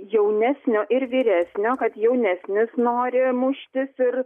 jaunesnio ir vyresnio kad jaunesnis nori muštis ir